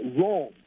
wrong